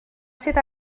sydd